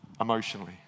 emotionally